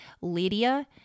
Lydia